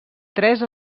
tres